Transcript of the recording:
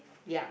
yup